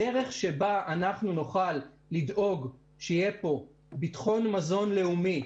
הדרך שבה אנחנו נוכל לדאוג שיהיה פה ביטחון מזון לאומי,